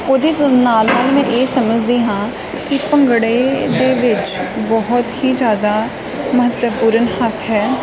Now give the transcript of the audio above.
ਉਹਦੇ ਕੁ ਨਾਲ ਨਾਲ ਮੈਂ ਇਹ ਸਮਝਦੀ ਹਾਂ ਕਿ ਭੰਗੜੇ ਦੇ ਵਿੱਚ ਬਹੁਤ ਹੀ ਜ਼ਿਆਦਾ ਮਹੱਤਵਪੂਰਨ ਹੱਥ ਹੈ